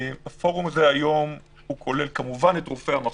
הפורום הזה היום כולל כמובן את רופא המחוז,